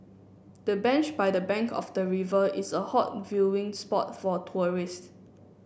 the bench by the bank of the river is a hot viewing spot for tourists